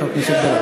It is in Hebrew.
נכון, פורסם.